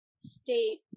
state